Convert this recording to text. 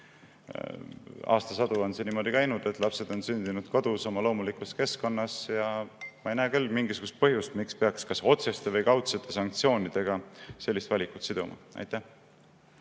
Aastasadu on see niimoodi käinud, et lapsed on sündinud kodus oma loomulikus keskkonnas. Ma ei näe küll mingisugust põhjust, miks peaks kas otseste või kaudsete sanktsioonidega sellist valikut siduma. Urve